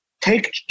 take